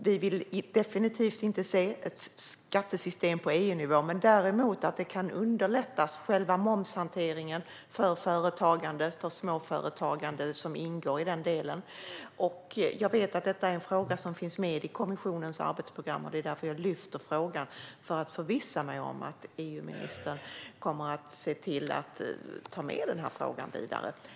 Vi vill definitivt inte se ett skattesystem på EU-nivå. Däremot kan själva momshanteringen för företagare och småföretagare som ingår i denna del underlättas. Jag vet att detta är en fråga som finns med i kommissionens arbetsprogram, och det är därför jag lyfter den. Jag vill förvissa mig om att EU-ministern kommer att se till att ta frågan vidare.